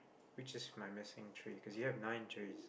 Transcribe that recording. which is my missing tree cause you have nine trees